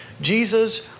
Jesus